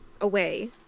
away